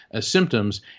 symptoms